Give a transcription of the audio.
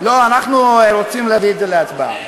לא, אנחנו רוצים להביא את זה להצבעה.